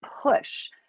push